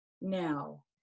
now